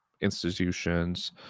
institutions